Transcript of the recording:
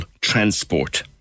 transport